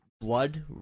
blood